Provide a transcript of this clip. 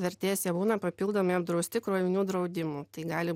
vertės jie būna papildomai apdrausti krovinių draudimu tai gali